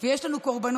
ויש לנו קורבנות.